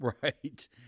Right